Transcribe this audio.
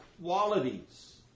qualities